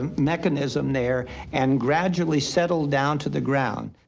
um mechanism there, and gradually settle down to the ground.